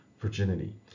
virginity